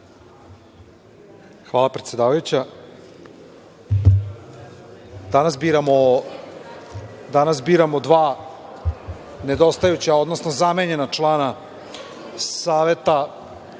Hvala predsedavajuća. Danas biramo dva nedostajuća, odnosno zamenjena člana Saveta